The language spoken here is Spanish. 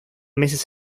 meses